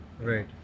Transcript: Right